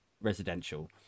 residential